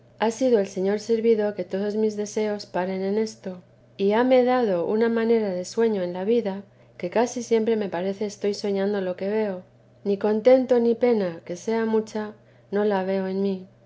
ha sido el señor servido que todos mis deseos paren en esto y hame dado una manera de sueño en la vida que casi siempre me parece estoy soñando lo que veo ni contento ni pena que sea mucha no la veo en mí